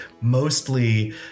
mostly